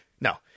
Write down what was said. no